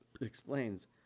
explains